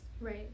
right